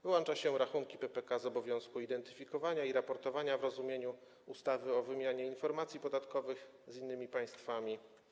Wyłącza się rachunki PPK z obowiązku identyfikowania i raportowania w rozumieniu ustawy o wymianie informacji podatkowych z innymi państwami.